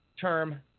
term